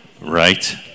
Right